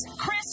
Chris